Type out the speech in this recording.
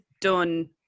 done